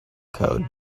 code